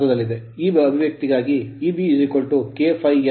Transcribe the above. ಈ ಅಭಿವ್ಯಕ್ತಿಗಾಗಿ ಇಬ್ ಕೆ∅ಎನ್